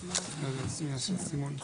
אבל לי חשוב שכל דבר כזה יהיה מוקפד.